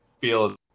feel